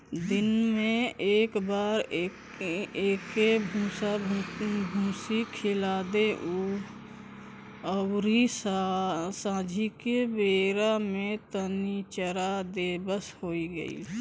दिन में एक हाली एके भूसाभूसी खिया द अउरी सांझी के बेरा में तनी चरा द बस हो गईल